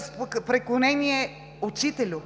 с преклонение: „Учителю.“